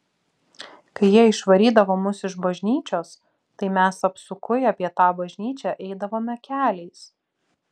kai jie išvarydavo mus iš bažnyčios tai mes apsukui apie tą bažnyčią eidavome keliais